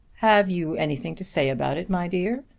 have you anything to say about it, my dear?